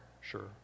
sure